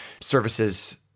services